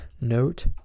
note